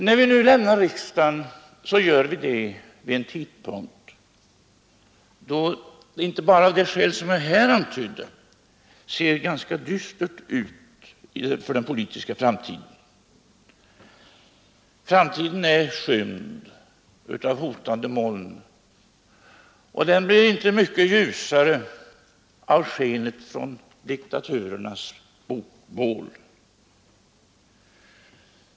När vi nu lämnar riksdagen gör vi det vid en tidpunkt då det — inte bara av det skäl som jag här antydde — ser ganska dystert ut för den politiska framtiden. Framtiden är skymd av hotande moln, och den blir inte mycket ljusare av skenet från diktaturernas bokbål.